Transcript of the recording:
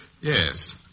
Yes